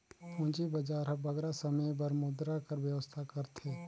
पूंजी बजार हर बगरा समे बर मुद्रा कर बेवस्था करथे